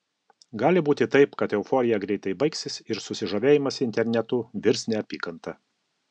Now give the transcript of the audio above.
gali būti taip kad euforija greitai baigsis ir susižavėjimas internetu virs neapykanta